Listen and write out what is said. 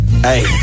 Hey